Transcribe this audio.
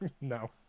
no